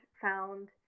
found